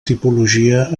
tipologia